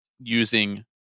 using